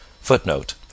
Footnote